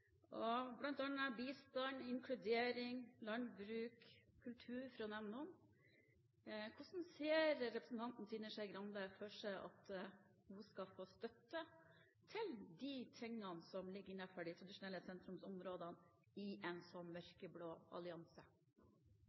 bistand, inkludering, landbruk og kultur, for å nevne noen. Hvordan ser representanten Trine Skei Grande for seg at hun skal få støtte til de tingene som ligger innenfor de tradisjonelle sentrumsområdene, i en sånn mørkeblå allianse?